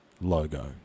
logo